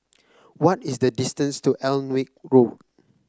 what is the distance to Alnwick Road